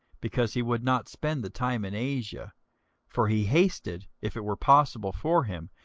because he would not spend the time in asia for he hasted, if it were possible for him,